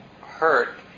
hurt